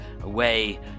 away